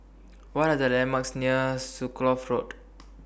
What Are The landmarks near Road